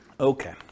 okay